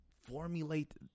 formulate